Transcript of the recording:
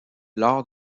lors